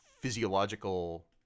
physiological